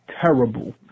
terrible